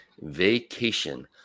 vacation